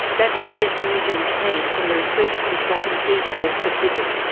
that's tess newton cain from the research consultancy devpacific.